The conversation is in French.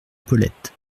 paulette